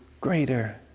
greater